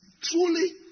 Truly